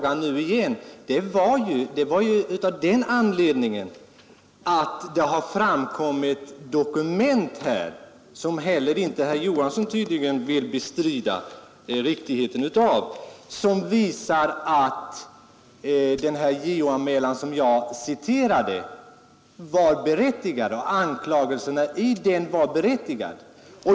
Anledningen till att jag tog upp den igen var att det framkommit nya dokument — tydligen vill inte heller herr Johansson i Trollhättan bestrida den saken — som visar att anklagelserna i den JO-anmälan som jag citerade var berättigade.